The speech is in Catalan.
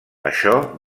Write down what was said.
això